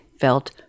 felt